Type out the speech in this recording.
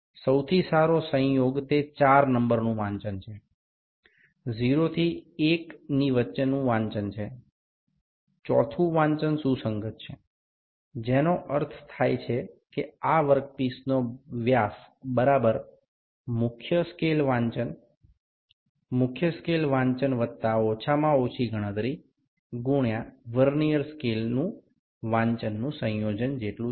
এখানে ৪ নম্বর পাঠটি সবথেকে ভালো ভাবে মিলে যাচ্ছে ০ থেকে ১ এর মধ্যে চতুর্থ পাঠটি সমান হয় যার অর্থ এই কাজের অংশটির ব্যাস মূল স্কেল পাঠ যুক্ত সর্বনিম্ন গণনা গুণিতক ভার্নিয়ার স্কেলের মিলে যাওয়া পাঠটির সমান